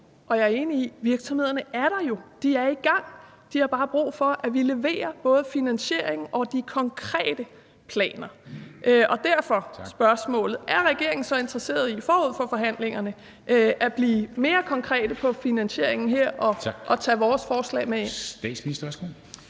Jeg er enig i, at virksomhederne jo er der. De er i gang. De har bare brug for, at vi leverer både finansiering og de konkrete planer, og derfor er spørgsmålet: Er regeringen så interesseret i forud for forhandlingerne at blive mere konkrete på finansieringen her og tage vores forslag med ind?